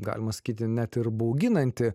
galima sakyti net ir bauginanti